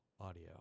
audio